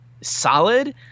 solid